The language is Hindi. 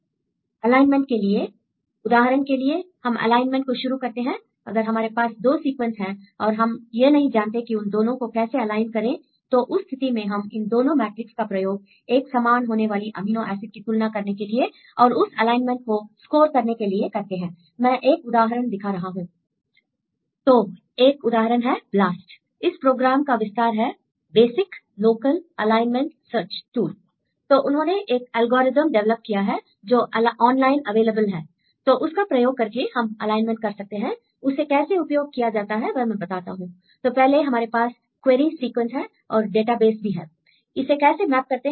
स्टूडेंट अलाइनमेंट अलाइनमेंट के लिए I उदाहरण के लिए हम अलाइनमेंट को शुरू करते हैं I अगर हमारे पास दो सीक्वेंस है और हम यह नहीं जानते कि उन दोनों को कैसे अलाइन करें तो उस स्थिति में हम इन दोनों मैट्रिक्स का प्रयोग एक समान होने वाले अमीनो एसिड की तुलना करने के लिए और उस अलाइनमेंट को स्कोर करने के लिए करते हैं I मैं एक उदाहरण दिखा रहा हूं I तो एक उदाहरण है ब्लास्ट इस प्रोग्राम का विस्तार है basic local alignment search Search tool तो उन्होंने एक एल्गोरिदम डेवलप किया है जो ऑनलाइन अवेलेबल है I तो उसका प्रयोग करके हम अलाइनमेंट कर सकते हैं I उसे कैसे उपयोग किया जाता है वह मैं बताता हूं I तो पहले हमारे पास क्वेरी सीक्वेंस है और डेटाबेस भी है I इसे कैसे मैप करते हैं